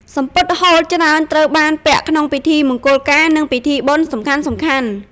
សំពត់ហូលច្រើនត្រូវបានពាក់ក្នុងពិធីមង្គលការ និងពិធីបុណ្យសំខាន់ៗ។